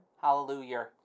Hallelujah